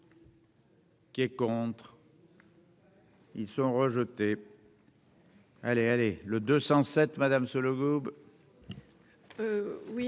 Qui est contre. Ils sont rejetés. Allez, allez, le 207 Madame Sollogoub.